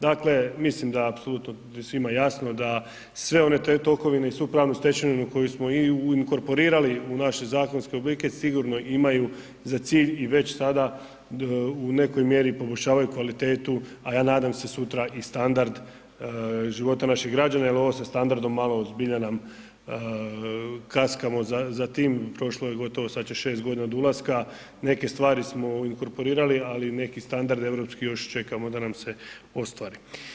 Dakle, mislim da je apsolutno svima jasno da sve one tokovine i svu pravnu stečevinu koju smo inkorporirali u naše zakonske oblike sigurno imaju za cilj i već sada u nekoj mjeri poboljšavaju kvalitetu, a ja nadam se sutra i standard život naših građana jer ovo sa standardom malo nam, zbilja kaskamo za tim, prošlo je gotovo 6 godina sad će od ulaska, neke stvari smo inkorporirali ali neki standard europski još čekamo da nam se ostvari.